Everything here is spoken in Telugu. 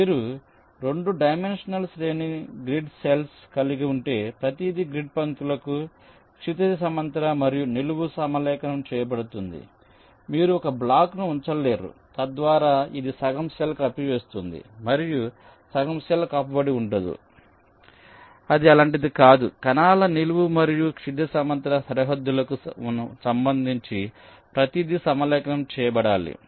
మీరు 2 డైమెన్షనల్ శ్రేణి గ్రిడ్ సెల్స్ కలిగి ఉంటే ప్రతిదీ గ్రిడ్ పంక్తులకు క్షితిజ సమాంతర మరియు నిలువుగా సమలేఖనం చేయబడుతుంది మీరు ఒక బ్లాక్ను ఉంచలేరు తద్వారా ఇది సగం సెల్ కప్పివేస్తుంది మరియు సగం సెల్ కప్పబడి ఉండదు అది అలాంటిది కాదు కణాల నిలువు మరియు క్షితిజ సమాంతర సరిహద్దులకు సంబంధించి ప్రతిదీ సమలేఖనం చేయబడాలి